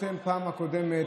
אתם בפעם הקודמת